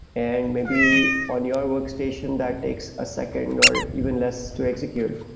and maybe on your workstation, that takes a second or even less to execute.